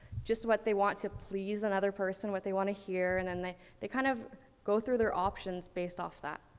just what they want to please another person, what they wanna hear, and then they, they kind of go through their options based off that.